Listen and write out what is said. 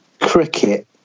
cricket